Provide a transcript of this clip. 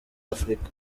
africa